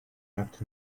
tucked